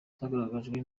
zagaragajwe